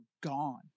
gone